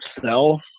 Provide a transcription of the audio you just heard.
sell